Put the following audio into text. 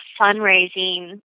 fundraising